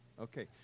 Okay